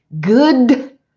good